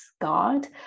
God